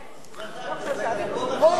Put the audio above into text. חברי הכנסת,